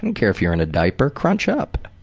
and care if you're in a diaper, crunch up.